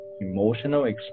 emotional